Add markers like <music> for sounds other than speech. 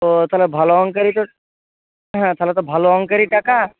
ও তাহলে ভালো অঙ্কেরই তো <unintelligible> হ্যাঁ তাহলে তো ভালো অঙ্কেরই টাকা